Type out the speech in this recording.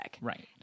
Right